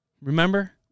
Remember